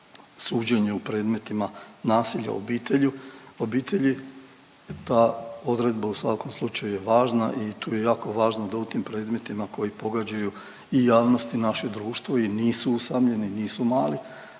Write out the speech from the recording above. suđenje u predmetima nasilja u obitelji, ta odredba u svakom slučaju je važna i tu je jako važno da u tim predmetima koji pogađaju i javnost i naše društvo i nisu usamljeni, nisu mali,